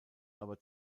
aber